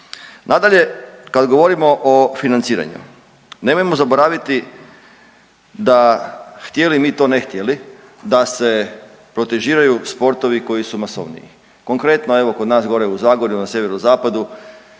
Nadalje, kada govorimo o financiranju, nemojmo zaboraviti da htjeli mi to, ne htjeli da se protežiraju sportovi koji su masovniji. Konkretno evo kod nas gore u Zagorju na sjeverozapadu